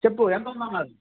చెప్పు ఎంతుందన్నారు